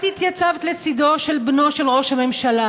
את התייצבת לצידו של בנו של ראש הממשלה